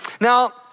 Now